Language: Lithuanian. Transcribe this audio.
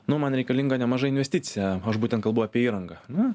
nu man reikalinga nemaža investicija aš būtent kalbu apie įrangą na